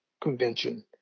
convention